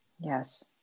Yes